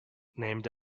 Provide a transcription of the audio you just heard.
named